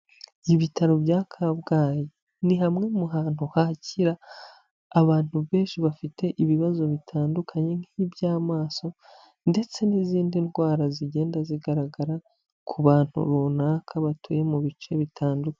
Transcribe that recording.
Ibitaro bya kabgayi ni hamwe mu hantu hakira abantu benshi bafite ibibazo bitandukanye nk'iby'amaso ndetse n'izindi ndwara zigenda zigaragara ku bantu runaka batuye mu bice bitandukanye.